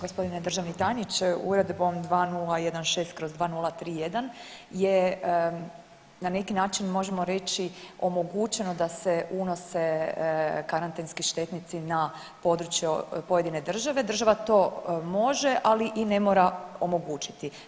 Gospodine državni tajniče, Uredbom 2016/2031 je na neki način možemo reći omogućeno da se unose karantenski štetnici na područje pojedine države, država to može, ali i ne mora omogućiti.